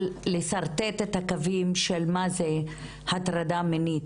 לשרטט את הקווים של מה זה הטרדה מינית,